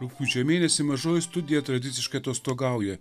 rugpjūčio mėnesį mažoji studija tradiciškai atostogauja